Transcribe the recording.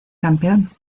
campeón